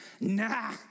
nah